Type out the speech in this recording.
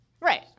Right